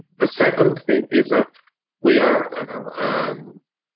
the second thing is that we are um